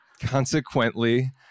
consequently